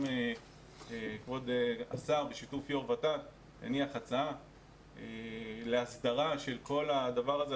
גם כבוד השר בשיתוף יושב ראש ות"ת הניח הצעה להסדרה של כל הדבר הזה,